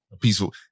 peaceful